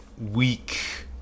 Week